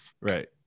right